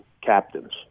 captains